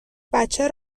بچه